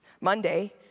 Monday